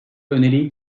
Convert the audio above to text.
öneriyi